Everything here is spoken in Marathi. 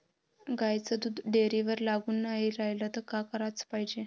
गाईचं दूध डेअरीवर लागून नाई रायलं त का कराच पायजे?